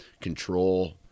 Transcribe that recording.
control